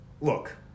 look